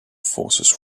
forces